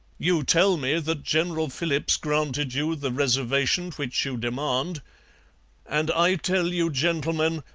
you tell me that general philipps granted you the reservation which you demand and i tell you gentlemen,